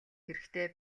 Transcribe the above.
хэрэгтэй